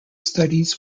studies